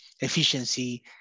efficiency